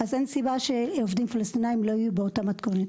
אז אין סיבה שעובדים פלסטינים לא יהיו באותה מתכונת.